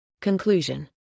Conclusion